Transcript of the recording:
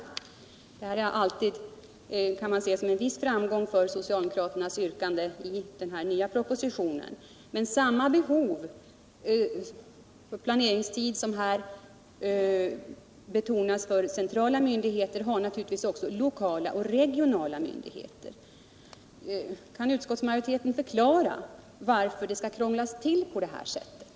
Det uttalandet i den här nya propositionen kan man se som en viss framgång för socialdemokraternas yrkande, men samma behov av planeringstid som det här betonas att de centrala myndigheterna har, finns naturligtvis också för lokala och regionala myndigheter. Kan utskottsmajoriteten förklara varför det skall krånglas till på det här sättet?